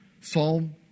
Psalm